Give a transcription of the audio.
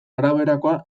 araberakoa